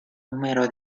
número